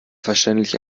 verständlich